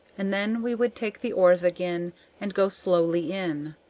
and then we would take the oars again and go slowly in,